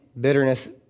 Bitterness